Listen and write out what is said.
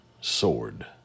sword